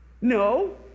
No